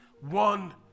One